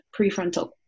prefrontal